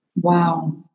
Wow